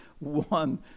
one